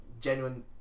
genuine